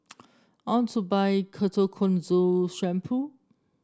I want to buy Ketoconazole Shampoo